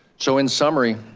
so in summary,